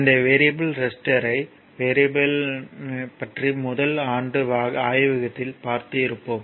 இந்த வேரியபிள் ரெசிஸ்டர்யைப் பற்றி முதல் ஆண்டு ஆய்வகத்தில் பார்த்து இருப்போம்